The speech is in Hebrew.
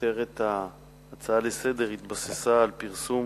שכותרת ההצעה לסדר-היום התבססה על פרסום